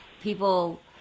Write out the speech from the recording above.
people